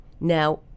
Now